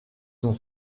son